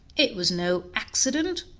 it was no accident!